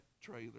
trailer